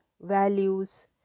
values